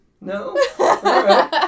No